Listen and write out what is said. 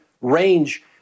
range